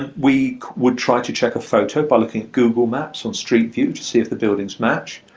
and we would try to check a photo by looking at google maps on street view to see if the buildings match.